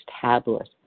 tablet